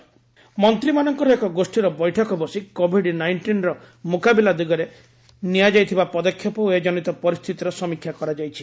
ଜିଓଏନ୍ ରିଭ୍ୟ ମନ୍ତ୍ରୀମାନଙ୍କର ଏକ ଗୋଷୀର ବୈଠକ ବସି କୋଭିଡ ନାଇଷ୍ଟିନ୍ର ମୁକାବିଲା ଦିଗରେ ନିଆଯାଇଥିବା ପଦକ୍ଷେପ ଓ ଏ ଜନିତ ପରିସ୍ଥିତିର ସମୀକ୍ଷା କରିଯାଇଛି